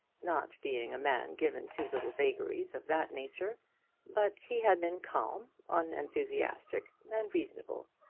not being a man given to little waggeries of that nature but he had been calm, unenthusiastic, and reasonable.